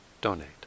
donate